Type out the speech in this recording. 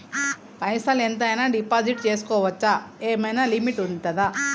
పైసల్ ఎంత అయినా డిపాజిట్ చేస్కోవచ్చా? ఏమైనా లిమిట్ ఉంటదా?